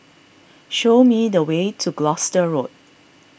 show me the way to Gloucester Road